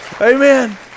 Amen